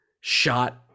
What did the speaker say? shot